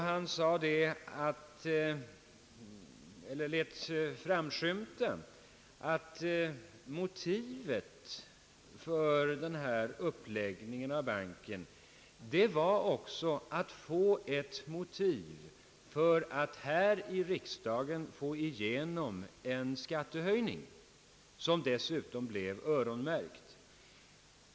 Han lät då framskymta att motivet för att tillskjuta kapital till banken också var ett motiv för att här i riksdagen få igenom en skattehöjning, som dessutom var »öronmärkt».